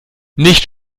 nicht